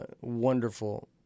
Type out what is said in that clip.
wonderful